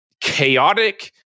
chaotic